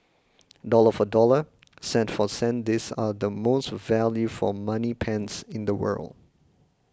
dollar for dollar cent for cent these are the most value for money pens in the world